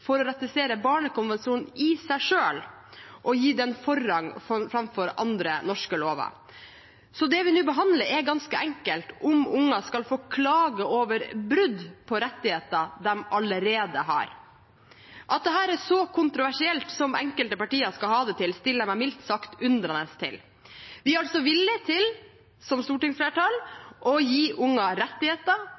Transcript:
for å ratifisere barnekonvensjonen i seg selv, og å gi den forrang framfor andre norske lover. Så det vi nå behandler, er ganske enkelt om unger skal få klage over brudd på rettigheter de allerede har. At dette er et så kontroversielt som enkelte partier skal ha det til, stiller jeg meg mildt sagt undrende til. Vi er altså – som stortingsflertall – villige til å gi unger rettigheter,